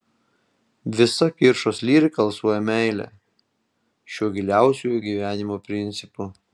visa kiršos lyrika alsuoja meile šiuo giliausiuoju gyvenimo principu